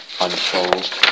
unfold